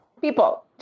people